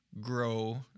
grow